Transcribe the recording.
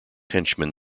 henchmen